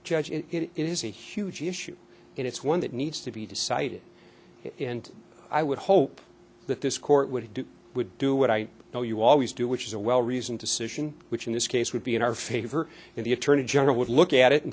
judge it is a huge issue and it's one that needs to be decided and i would hope that this court would do would do what i know you always do which is a well reasoned decision which in this case would be in our favor and the attorney general would look at it and